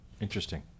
Interesting